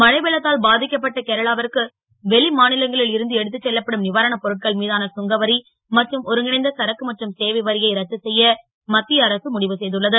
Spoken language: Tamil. மழை வெள்ளத்தால் பா க்கப்பட்ட கேரளாவிற்கு வெளி மா லங்களில் இருந்து எடுத்துச் செல்லப்படும் வாரணப் பொருட்கள் மீதான சுங்கவரி மற்றும் ஒருங்கிணைந்த சரக்கு மற்றும் சேவை வரியை ரத்து செ ய மத் ய அரசு முடிவு செ துள்ளது